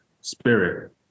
spirit